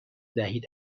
دهید